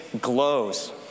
glows